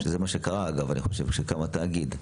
שזה מה שקרה, אגב, אני חושב, כשקם התאגיד.